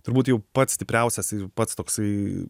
turbūt jau pats stipriausias ir pats toksai